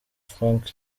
franck